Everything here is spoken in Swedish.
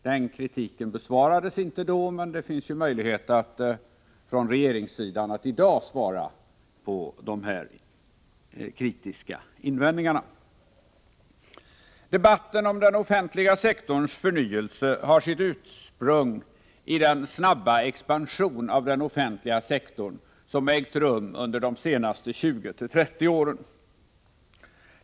Den kritiken bemöttes inte då, men det finns möjlighet för regeringen att i dag svara på de här kritiska invändningarna. Debatten om den offentliga sektorns förnyelse har sitt ursprung i den snabba expansion av den offentliga sektorn som ägt rum under de senaste 20-30 åren.